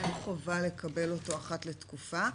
אין חובה לקבל אותו אחת לתקופה.